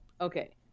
Okay